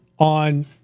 On